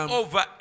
over